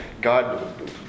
God